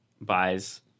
buys